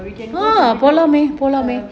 we can go together err